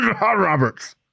Roberts